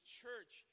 church